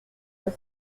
deux